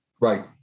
Right